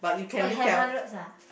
wait you have hundreds ah